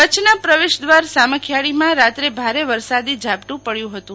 કચ્છના પ્રવેશ દ્વાર સામખીયાળીનમાં રાત્રે ભારે વરસાદી ઝાપટું પડ્યું હતું